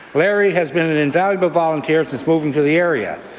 larry has been an invaluable volunteer since moving to the area.